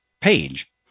page